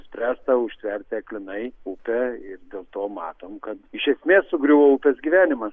nuspręsta užtverti aklinai upę ir dėl to matom kad iš esmės sugriuvo upės gyvenimas